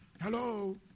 Hello